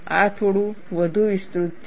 આ થોડું વધુ વિસ્તૃત છે